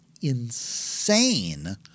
insane